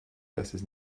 versus